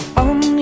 on